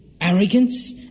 arrogance